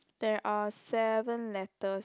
there are seven letters